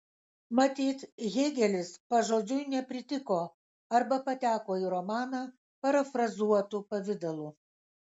matyt hėgelis pažodžiui nepritiko arba pateko į romaną parafrazuotu pavidalu